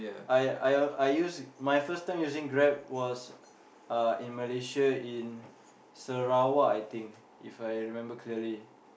I I I use my first time using Grab was uh in Malaysia in Sarawak I think If I remember clearly